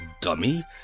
dummy